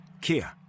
Kia